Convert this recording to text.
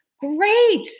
great